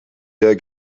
der